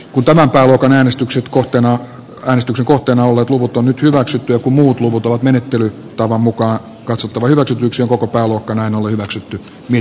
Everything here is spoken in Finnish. hyväksynyt pääluokan äänestyksen kohteena valistuksen kohteena ole puhuttu nyt hyväksyttyä kun muut luvut ovat menettely tavan mukaan katsottu hyväksi yksin koko pääluokkana no hyväksytty niin